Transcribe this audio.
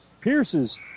Pierce's